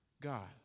God